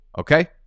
okay